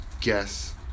Guess